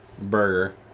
burger